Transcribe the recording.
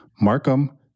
Markham